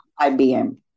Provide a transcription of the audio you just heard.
IBM